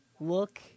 look